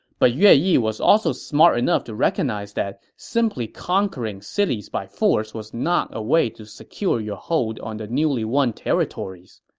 but yue yi was also smart enough to recognize that simply conquering cities by force was not a way to secure your hold on the newly won territories.